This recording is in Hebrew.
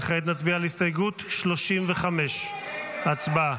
וכעת נצביע על הסתייגות 35. הצבעה.